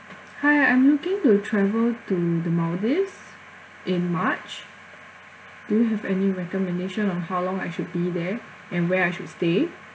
hi I'm looking to travel to the maldives in march do you have any recommendation on how long I should be there and where I should stay